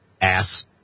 ass